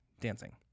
dancing